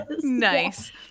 Nice